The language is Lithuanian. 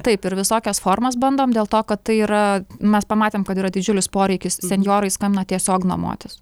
taip ir visokias formas bandom dėl to kad tai yra mes pamatėm kad yra didžiulis poreikis senjorai skambina tiesiog nuomotis